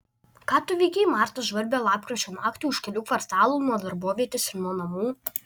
ką tu veikei marta žvarbią lapkričio naktį už kelių kvartalų nuo darbovietės ir nuo namų